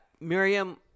miriam